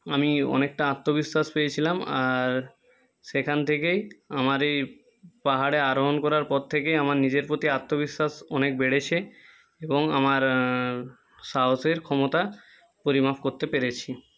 আমি অনেকটা আত্মবিশ্বাস পেয়েছিলাম আর সেখান থেকেই আমার এই পাহাড়ে আরোহন করার পর থেকেই আমার নিজের প্রতি আত্মবিশ্বাস অনেক বেড়েছে এবং আমার সাহসের ক্ষমতা পরিমাপ করতে পেরেছি